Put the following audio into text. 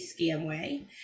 Scamway